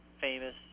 famous